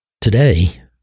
Today